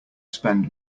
spend